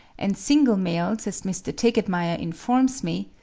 and single males, as mr. tegetmeier informs me,